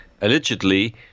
allegedly